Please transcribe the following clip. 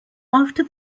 after